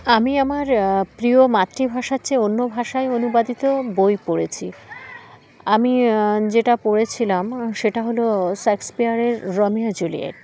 আমি আমার প্রিয় মাতৃভাষার চেয়ে অন্য ভাষায় অনুবাদিত বই পড়েছি আমি যেটা পড়েছিলাম সেটা হলো শেক্সপিয়ারের রোমিও জুলিয়েট